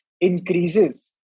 increases